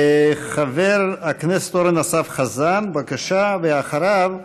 חבר הכנסת אורן אסף חזן, בבקשה, ואחריו,